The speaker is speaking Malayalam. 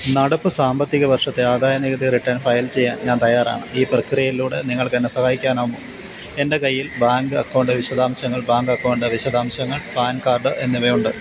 നടപ്പ് സാമ്പത്തിക വർഷത്തെ ആദായനികുതി റിട്ടേൺ ഫയൽ ചെയ്യാൻ ഞാൻ തയ്യാറാണ് ഈ പ്രക്രിയയിലൂടെ നിങ്ങൾക്കെന്നെ സഹായിക്കാനാകുമോ എൻ്റെ കയ്യിൽ ബാങ്ക് അക്കൗണ്ട് വിശദാംശങ്ങൾ ബാങ്ക് അക്കൗണ്ട് വിശദാംശങ്ങൾ പാൻ കാർഡ് എന്നിവയുണ്ട്